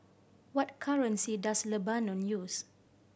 what currency does Lebanon use